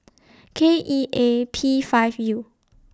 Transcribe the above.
K E A P five U